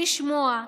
לשמוע.